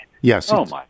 Yes